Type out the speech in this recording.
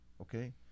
Okay